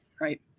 right